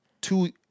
Two